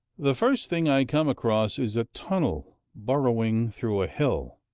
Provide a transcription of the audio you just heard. the first thing i come across is a tunnel burrowing through a hill.